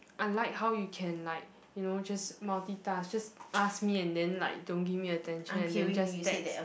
unlike how you can like you know just multitask just ask me and then like don't give me attention and then just text